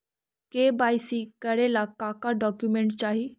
KYC करे ला का का डॉक्यूमेंट चाही?